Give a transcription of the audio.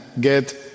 get